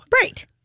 Right